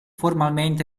formalmente